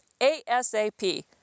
ASAP